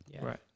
Right